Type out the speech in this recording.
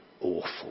awful